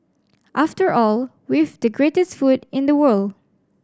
after all we've the greatest food in the world